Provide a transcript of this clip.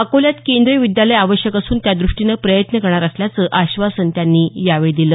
अकोल्यात केंद्रीय विद्यालय आवश्यक असून त्या दृष्टीनं प्रयत्न करणार असल्याचं आश्वासन त्यांनी यावेळी दिलं